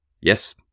Yes